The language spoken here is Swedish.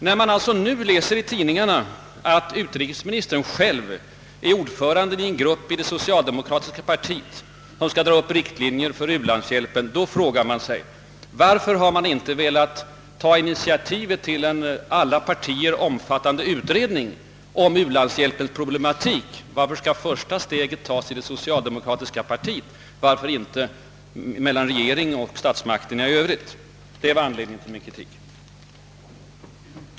När jag nu läser i tidningarna att utrikesministern själv är ordförande i en grupp inom det socialdemokratiska partiet, som skall dra upp riktlinjer för u-landshjälpen, frågar jag mig: Varför har man inte velat ta initiativet till en alla partier omfattande utredning av u-landshjälpens problematik? Varför skall första steget tas i det socialdemo kratiska partiet och inte av statsmakterna? Detta var anledningen till min kritik.